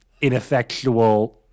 ineffectual